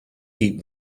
keep